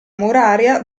muraria